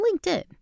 LinkedIn